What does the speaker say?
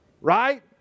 Right